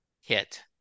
hit